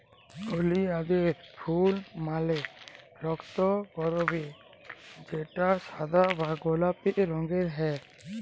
ওলিয়ালদের ফুল মালে রক্তকরবী যেটা সাদা বা গোলাপি রঙের হ্যয়